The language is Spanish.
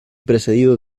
precedido